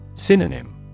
Synonym